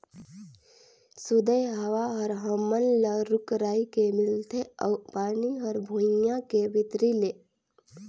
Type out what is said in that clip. सुदय हवा हर हमन ल रूख राई के मिलथे अउ पानी हर भुइयां के भीतरी ले